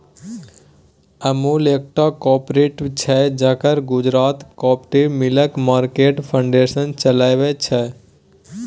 अमुल एकटा कॉपरेटिव छै जकरा Gujarat cooperative milk market federation चलबै छै